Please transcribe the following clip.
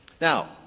Now